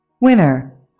Winner